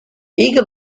eagle